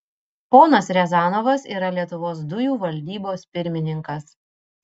ponas riazanovas yra lietuvos dujų valdybos pirmininkas